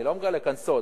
אני לא מגלה כאן סוד.